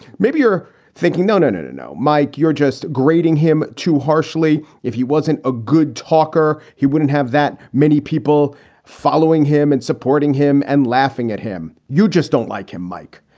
maybe you're thinking, no, no, no, no, mike. you're just grading him too harshly. if he wasn't a good talker, he wouldn't have that many people following him and supporting him and laughing at him. you just don't like him, mike?